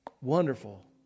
wonderful